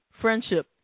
Friendship